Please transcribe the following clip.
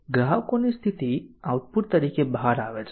ગ્રાહકોની સ્થિતિ આઉટપુટ તરીકે બહાર આવે છે